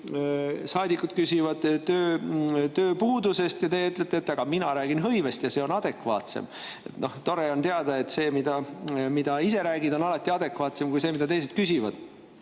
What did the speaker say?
saadikud küsivad tööpuuduse kohta, aga teie ütlete, et teie räägite hõivest ja see on adekvaatsem. Tore on teada, et see, mida ise räägid, on alati adekvaatsem kui see, mida teised küsivad. Mina